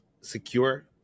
secure